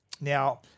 Now